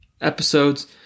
episodes